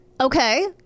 Okay